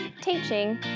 teaching